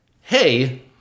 hey